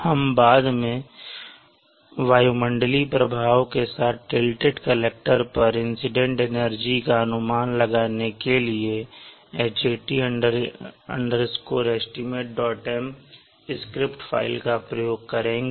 हम बाद में वायुमंडलीय प्रभावों के साथ टिल्टेड कलेक्टर पर इंसीडेंट एनर्जी का अनुमान लगाने के लिए hat estimatem स्क्रिप्ट फ़ाइल का उपयोग करेंगे